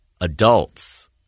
adults